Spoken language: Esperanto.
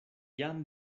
jam